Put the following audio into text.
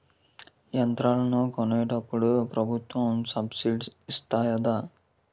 యంత్రాలను కొన్నప్పుడు ప్రభుత్వం సబ్ స్సిడీ ఇస్తాధా?